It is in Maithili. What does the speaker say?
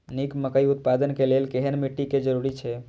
निक मकई उत्पादन के लेल केहेन मिट्टी के जरूरी छे?